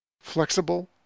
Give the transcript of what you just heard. Flexible